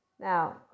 Now